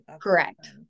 Correct